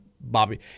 Bobby